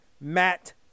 Matt